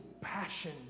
passion